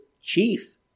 chief